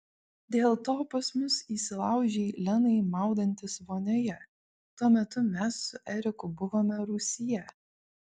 dėl to pas mus įsilaužei lenai maudantis vonioje tuo metu mes su eriku buvome rūsyje